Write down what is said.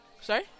Sorry